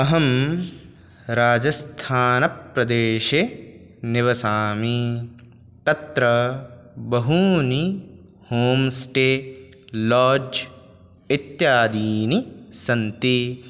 अहं राजस्थानप्रदेशे निवसामि तत्र बहूनि होम्स्टे लाड्ज् इत्यादीनि सन्ति